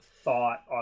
thought